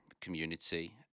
community